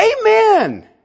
Amen